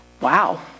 wow